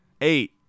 Eight